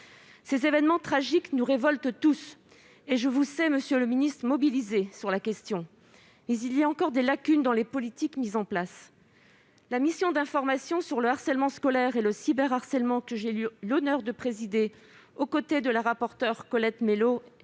Ces événements tragiques nous révoltent tous. Je vous sais mobilisé sur la question, monsieur le ministre, mais il y a encore des lacunes dans les politiques mises en place. La mission d'information sur le harcèlement scolaire et le cyberharcèlement, que j'ai eu l'honneur de présider aux côtés de la rapporteure Colette Mélot